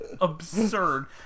absurd